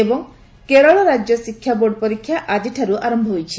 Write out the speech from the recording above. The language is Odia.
ଏବଂ କେରଳ ରାଜ୍ୟ ଶିକ୍ଷା ବୋର୍ଡ ପରୀକ୍ଷା ଆଜିଠାରୁ ଆରମ୍ଭ ହୋଇଛି